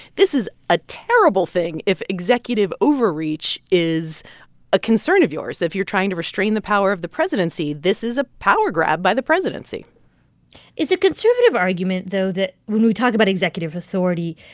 this is a terrible thing if executive overreach is a concern of yours. if you're trying to restrain the power of the presidency, this is a power grab by the presidency is the conservative argument, though, that, when we talk about executive authority,